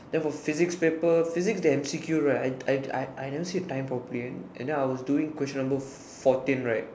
type of the physic paper physic they intrigued right I I I never see time properly correctly and then I will doing question number fourteen right